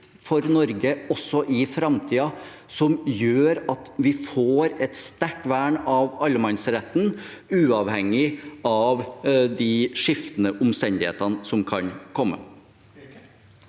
for Norge også i framtiden, noe som gjør at vi får et sterkt vern av allemannsretten uavhengig av de skiftende omstendighetene som kan komme.